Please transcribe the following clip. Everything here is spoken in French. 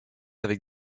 avec